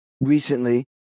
recently